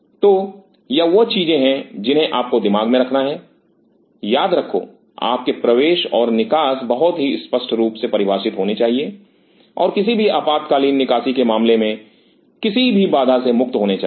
तो यह वह चीजें हैं जिन्हें आपको दिमाग में रखना है याद रखो आपके प्रवेश और निकास बहुत ही स्पष्ट रूप से परिभाषित होनी चाहिए और किसी भी आपातकालीन निकासी के मामले में किसी भी बाधा से मुक्त होने चाहिए